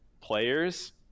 players